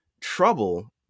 trouble